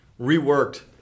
reworked